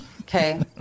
Okay